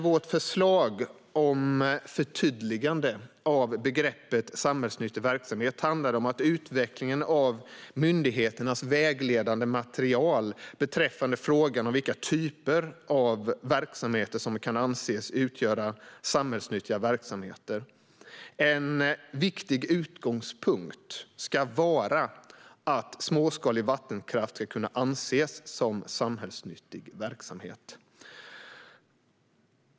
Vårt förslag om förtydligande av begreppet samhällsnyttig verksamhet handlar om utvecklingen av myndigheternas vägledande material beträffande frågan om vilka typer av verksamheter som kan anses som samhällsnyttiga. En viktig utgångspunkt ska vara att småskalig vattenkraft ska kunna anses som samhällsnyttig verksamhet.